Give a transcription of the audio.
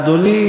אדוני.